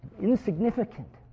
insignificant